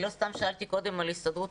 אני לא סתם שאלתי קודם על הסתדרות